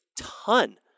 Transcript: ton